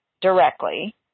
directly